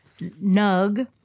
nug